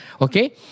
Okay